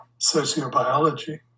Sociobiology